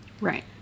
right